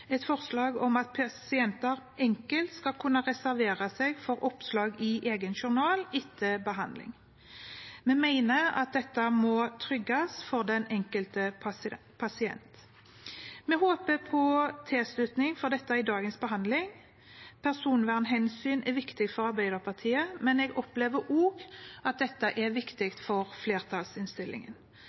et forslag om at pasienter enkelt skal kunne reservere seg mot oppslag i egen journal etter behandling. Vi mener at dette må trygges for den enkelte pasient. Vi håper på tilslutning til dette i dagens behandling. Personvernhensyn er viktig for Arbeiderpartiet, men jeg opplever at dette er viktig for